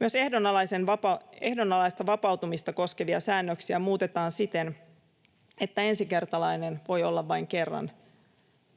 Myös ehdonalaista vapauttamista koskevia säännöksiä muutetaan siten, että ensikertalainen voi olla vain kerran,